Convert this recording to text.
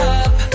up